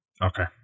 okay